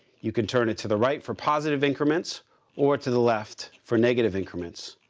you can turn it to the right for positive increments or to the left for negative increments.